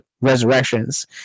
Resurrections